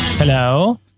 hello